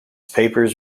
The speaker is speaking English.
papers